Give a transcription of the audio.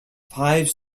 five